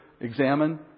examine